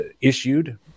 issued